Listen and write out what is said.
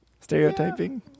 Stereotyping